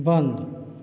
बंद